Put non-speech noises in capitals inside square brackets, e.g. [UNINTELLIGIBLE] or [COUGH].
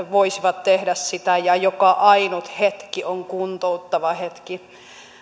[UNINTELLIGIBLE] voisivat tehdä sitä ja joka ainut hetki on kuntouttava hetki